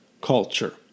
culture